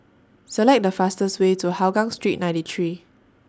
Select The fastest Way to Hougang Street ninety three